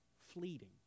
fleeting